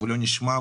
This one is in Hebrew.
ולא נשמע,